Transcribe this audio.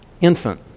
infant